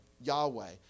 Yahweh